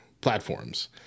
platforms